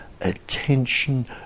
attention